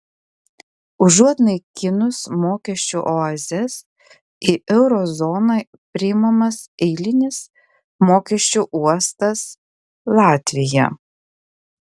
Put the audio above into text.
užuot naikinus mokesčių oazes į euro zoną priimamas eilinis mokesčių uostas latvija